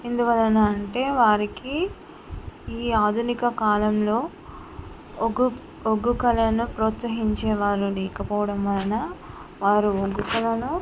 ఎందువలన అంటే వారికి ఈ ఆధునిక కాలంలో ఒగ్గు ఒగ్గు కళను ప్రోత్సహించేవారు లేకపోవడం వలన వారు ఒగ్గు కళను